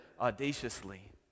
audaciously